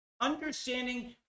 understanding